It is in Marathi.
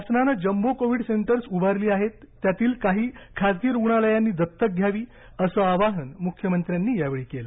शासनानं जम्बो कोविड सेंटर्स उभारली आहेत त्यातील काही खासगी रुग्णालयांनी दत्तक घ्यावी असं आवाहन मुख्यमंत्र्यांनी यावेळी केलं